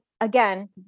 again